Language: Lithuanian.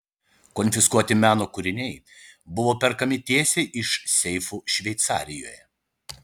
konfiskuoti meno kūriniai buvo perkami tiesiai iš seifų šveicarijoje